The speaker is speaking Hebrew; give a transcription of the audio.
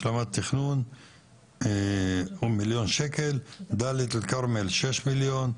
השלמת תכנון-מיליון שקל, דלית אל כרמל-6 מיליון,